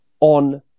on